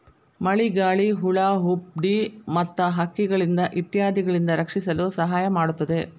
ಮಳಿಗಾಳಿ, ಹುಳಾಹುಪ್ಡಿ ಮತ್ತ ಹಕ್ಕಿಗಳಿಂದ ಇತ್ಯಾದಿಗಳಿಂದ ರಕ್ಷಿಸಲು ಸಹಾಯ ಮಾಡುತ್ತದೆ